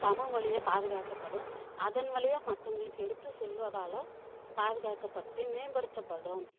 தமிழ்மொழியை பாதுகாக்கப்படும் அதன் வழியாக மற்றவுங்களுக்கு எடுத்து சொல்வதாலும் பாதுகாக்கப்பட்டு மேம்படுத்தப்படும்